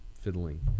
fiddling